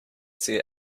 see